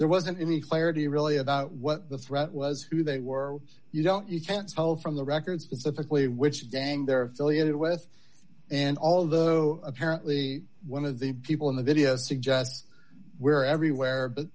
there wasn't any clarity really about what the threat was who they were you don't you can't tell from the record specifically which dang they're affiliated with and although apparently one of the people in the video suggests where everywhere